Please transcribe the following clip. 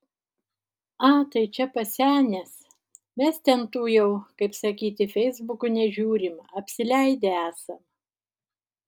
a tai čia pasenęs mes ten tų jau kaip sakyti feisbukų nežiūrim apsileidę esam